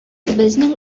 безнең